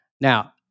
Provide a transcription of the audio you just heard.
Now